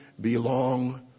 belong